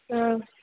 हा